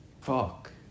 fuck